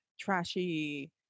trashy